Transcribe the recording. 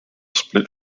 split